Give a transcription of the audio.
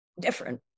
different